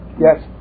Yes